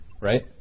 right